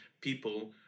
people